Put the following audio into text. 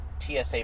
TSA